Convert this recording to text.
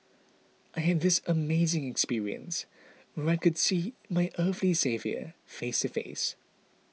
I had this amazing experience where I could see my earthly saviour face to face